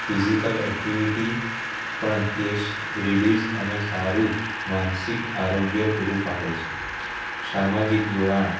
physical activity પણ કેસ રિલિસ અને સારું માનસિક આરોગ્ય પૂરું પાડે છે સામાજિક જોડાણ